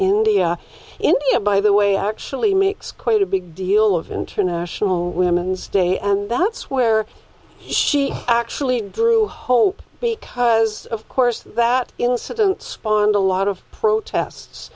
india india by the way actually makes quite a big deal of international women's day and that's where she actually drew hope because of course that incident spawn the lot of protests